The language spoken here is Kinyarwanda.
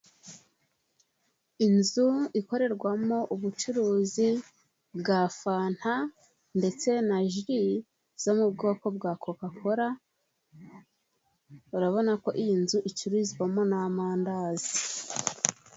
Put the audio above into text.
Inzu ikorerwamo ubucuruzi bwa fanta ndetse na ji zo mu bwoko bwa kokakora, urabona ko iyi nzu icururizwamo n'amandazi.